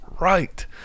right